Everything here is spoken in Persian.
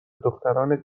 دختران